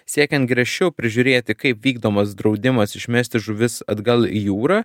siekiant griežčiau prižiūrėti kaip vykdomas draudimas išmesti žuvis atgal į jūrą